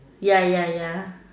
ya ya ya